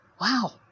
Wow